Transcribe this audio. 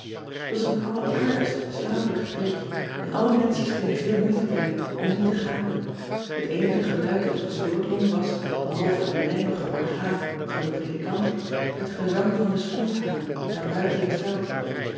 ot was een alleraardigst slaperig preekje en alle menschen schenen veel moeite te hebben om niet te gapen et eenige geluid dat tot ons doordrong was behalve het lijmige orgaan van den predikant het gezang van de sprinkhanen daar buiten in het veld